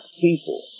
people